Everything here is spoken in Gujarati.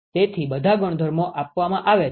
તેથી બધા ગુણધર્મો આપવામાં આવે છે